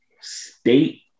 state